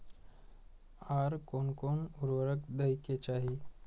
आर कोन कोन उर्वरक दै के चाही?